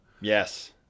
yes